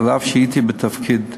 אף שהייתי בתפקיד קודם.